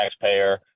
taxpayer